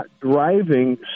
driving